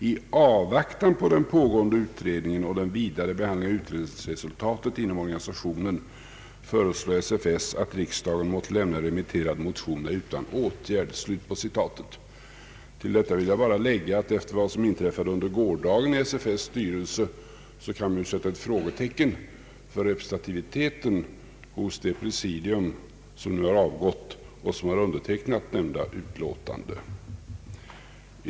I avvaktan på den pågående utredningen och den vidare behandlingen av utredningsresultatet inom organisationen föreslår SFS att riksdagen måtte lämna de remitterade motionerna utan åtgärd.» Jag vill bara tillägga att efter vad som inträffade under gårdagen i SFS:s styrelse kan vi ju sätta ett frågetecken för hur pass representativt det presidium, som nu har avgått och som undertecknat utlåtandet, får anses vara.